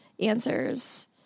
answers